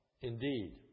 Indeed